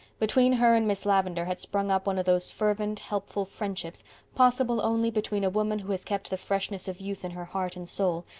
between her and miss lavendar had sprung up one of those fervent, helpful friendships possible only between a woman who has kept the freshness of youth in her heart and soul,